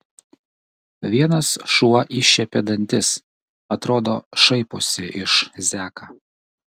vienas šuo iššiepė dantis atrodo šaiposi iš zeką